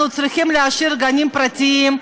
אנחנו צריכים להשאיר גנים פרטיים,